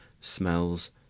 smells